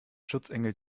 schutzengel